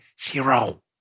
zero